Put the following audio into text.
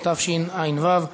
התשע"ו 2016,